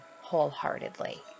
wholeheartedly